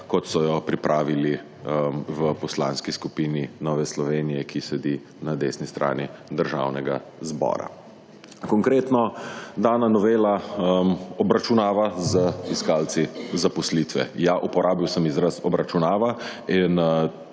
kot so jo pripravili v Poslanski skupini Nove Slovenije, ki sedi na desni strani Državnega zbora. Konkretno dana novela obračunava z iskalci zaposlitve. Ja, uporabil sem izraz obračunava in